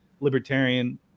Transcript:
libertarian